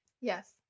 Yes